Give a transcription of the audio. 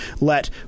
let